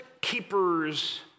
keepers